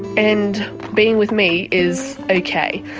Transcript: and being with me is okay.